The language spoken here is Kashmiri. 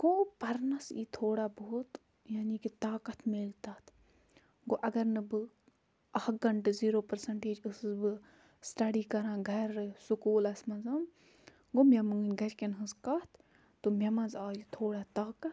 گوٚو پَرنَس یی تھوڑا بہت یعنی کہ طاقت میلہِ تَتھ گوٚو اگر نہٕ بہٕ اَکھ گھنٛٹہٕ زیٖرُو پٔرسَنٹیج گٔژھٕس بہٕ سٔٹیڈی کران گھرٕ سُکوٗلَس منٛز گوٚو مےٚ مٲنۍ گھرِکیٚن ہنٛز کَتھ تہٕ مےٚ منٛز آیہِ تھوڑا طاقَت